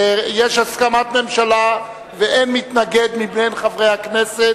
יש הסכמת הממשלה ואין מתנגד מבין חברי הכנסת,